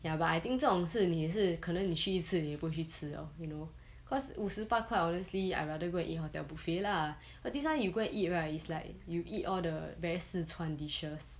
ya but I think 这种事你也是可能你去一次你也不会去吃 liao you know cause 五十八块 honestly I rather go and eat hotel buffet lah but this one you go and eat right it's like you eat all the very 四川 dishes